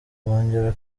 bongera